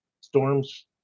Storms